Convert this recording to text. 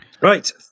Right